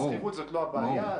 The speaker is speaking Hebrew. שכירות זאת לא הבעיה,